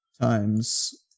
times